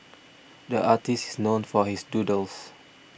the artist is known for his doodles